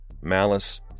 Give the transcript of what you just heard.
malice